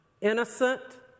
innocent